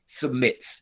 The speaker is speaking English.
submits